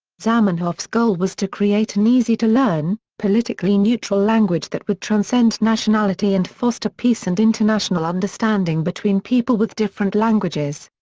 zamenhof's goal was to create an easy-to-learn, politically neutral language that would transcend nationality and foster peace and international international understanding between people with different languages.